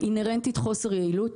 אינהרנטית חוסר יעילות.